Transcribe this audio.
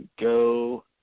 go